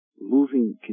moving